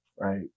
Right